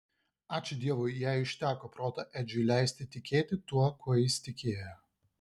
ačiū dievui jai užteko proto edžiui leisti tikėti tuo kuo jis tikėjo